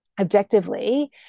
objectively